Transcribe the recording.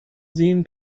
sehen